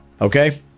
okay